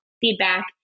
feedback